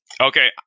Okay